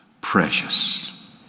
Precious